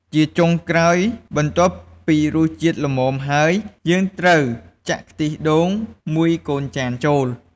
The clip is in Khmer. ជាចុងក្រោយ បន្ទាប់ពីរសជាតិល្មមហើយ យើងត្រូវចាក់ខ្ទិះដូងមួយកូនចានចូល។